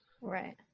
Right